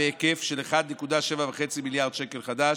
בסכום של 1.75 מיליארד שקלים חדשים,